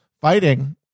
fighting